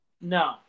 No